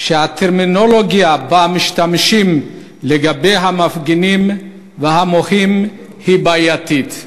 שהטרמינולוגיה שבה משתמשים לגבי המפגינים והמוחים היא בעייתית,